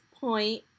point